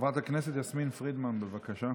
חברת הכנסת יסמין פרידמן, בבקשה.